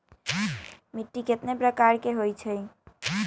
मिट्टी कितने प्रकार के होते हैं?